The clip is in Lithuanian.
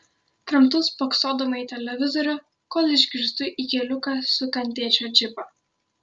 kramtau spoksodama į televizorių kol išgirstu į keliuką sukant tėčio džipą